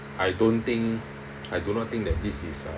I don't think I do not think that this is a